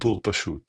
סיפור פשוט